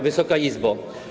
Wysoka Izbo!